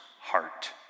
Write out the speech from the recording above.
heart